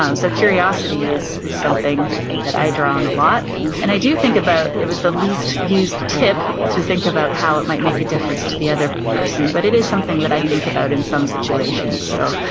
um so, curiosities is something that i draw on a lot and i do think about, it was the least used tip to think about how it might make a difference to the other person but it is something that i think about in some situations. so,